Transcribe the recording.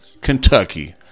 Kentucky